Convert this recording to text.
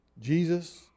jesus